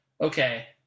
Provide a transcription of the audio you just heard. okay